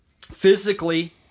Physically